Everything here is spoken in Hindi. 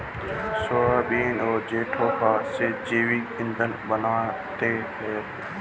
सोयाबीन और जेट्रोफा से जैविक ईंधन बनता है